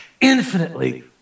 infinitely